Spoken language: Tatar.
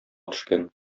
төшкән